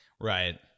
right